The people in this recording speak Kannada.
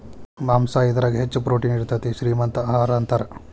ಮಾಂಸಾ ಇದರಾಗ ಹೆಚ್ಚ ಪ್ರೋಟೇನ್ ಇರತತಿ, ಶ್ರೇ ಮಂತ ಆಹಾರಾ ಅಂತಾರ